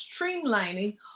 streamlining